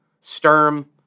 Sturm